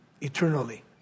Eternally